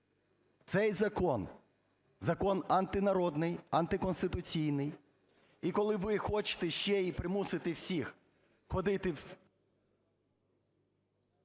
Цей закон - закон антинародний, антиконституційний. І коли ви хочете ще і примусити всіх ходити в…